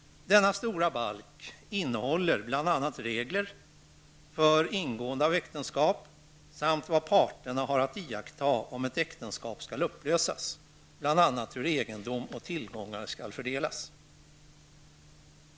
Denna stora balk innehåller bl.a. regler för ingående av äktenskap samt för vad parterna har att iaktta när ett äktenskap skall upplösas. Bl.a. handlar det om hur egendom och tillgångar skall fördelas.